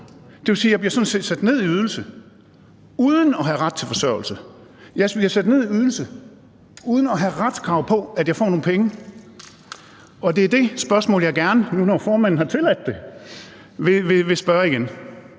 Det vil sige, at jeg sådan set bliver sat ned i ydelse uden at have ret til forsørgelse. Jeg bliver sat ned i ydelse uden at have et retskrav på, at jeg får nogle penge. Det er det spørgsmål, som jeg gerne, når nu